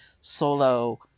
solo